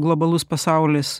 globalus pasaulis